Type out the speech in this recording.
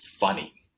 funny